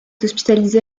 hospitalisé